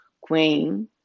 queen